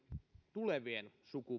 tulevien